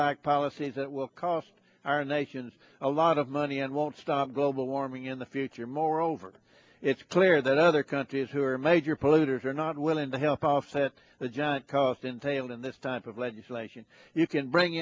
lack policies that will cost our nations a lot of money and won't stop global warming in the future moreover it's clear that other countries who are major polluters are not willing to help offset the giant cost entailed in this type of legislation you can bring